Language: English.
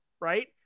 right